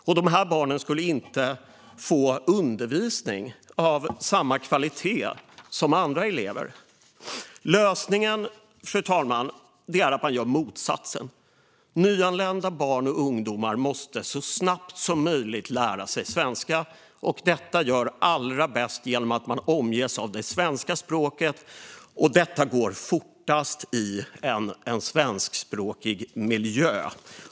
Och dessa barn skulle inte få undervisning av samma kvalitet som andra elever. Lösningen, fru talman, är att man gör motsatsen. Nyanlända barn och ungdomar måste så snabbt som möjligt lära sig svenska. Det görs allra bäst genom att de omges av det svenska språket, och det går fortast i en svenskspråkig miljö.